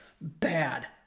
bad